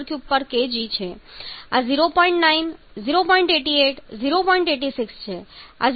86 છે આ 0